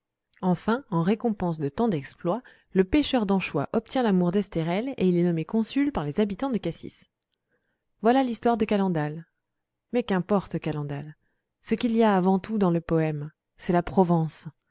enfin en récompense de tant d'exploits le pêcheur d'anchois obtient l'amour d'estérelle et il est nommé consul par les habitants de cassis voilà l'histoire de calendal mais qu'importe calendal ce qu'il y a avant tout dans le poème c'est la provence